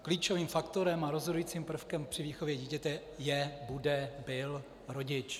Klíčovým faktorem a rozhodujícím prvkem při výchově dítěte je, bude, byl rodič.